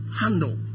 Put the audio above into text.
handle